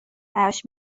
براش